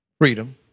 freedom